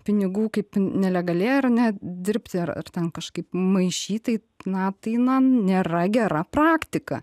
pinigų kaip nelegaliai ar ne dirbti ar ar ten kažkaip maišytai na tai na nėra gera praktika